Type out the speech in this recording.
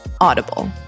audible